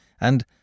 and